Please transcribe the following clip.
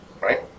right